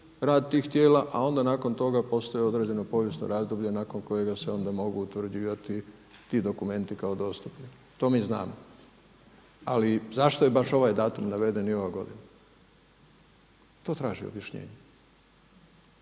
rad tih tijela, a onda nakon toga postoje određeno povijesno razdoblje nakon kojega se onda mogu utvrđivati ti dokumenti kao dostupni. To mi znamo. Ali zašto je baš ovaj datum naveden i ova godina to traži objašnjenje.